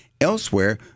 elsewhere